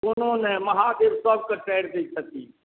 कोनो नहि महादेब सभके तारि दै छथिन